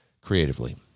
creatively